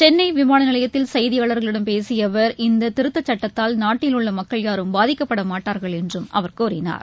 சென்னை விமான நிலையத்தில் செய்தியாளர்களிடம் பேசிய அவர் இந்த திருத்த சட்டத்தால் நாட்டிலுள்ள மக்கள் யாரும் பாதிக்கப்பட மாட்டார்கள் என்றும் அவர் கூறினார்